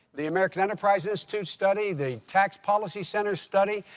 the american enterprise institute study, the tax policy center study,